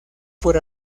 por